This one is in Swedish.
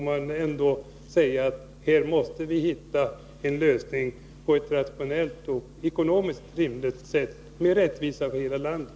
Vi måste hitta en lösning som på ett rationellt och ekonomiskt rimligt sätt medför rättvisa för hela landet.